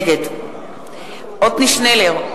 נגד עתניאל שנלר,